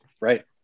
Right